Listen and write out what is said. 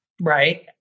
Right